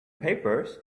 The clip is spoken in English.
papers